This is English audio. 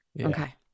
okay